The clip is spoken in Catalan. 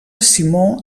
simó